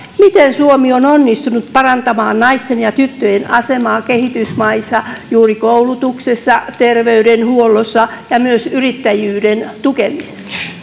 miten suomi on onnistunut parantamaan naisten ja tyttöjen asemaa kehitysmaissa juuri koulutuksessa terveydenhuollossa ja myös yrittäjyyden tukemisessa